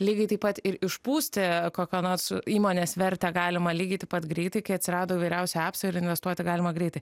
lygiai taip pat ir išpūsti kokios nors įmonės vertę galima lygiai taip pat greitai kai atsirado vyriausi apsai ir investuoti galima greitai